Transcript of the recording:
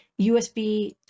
USB